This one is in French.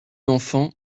enfant